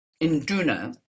Induna